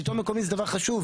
שלטון מקומי זה דבר חשוב,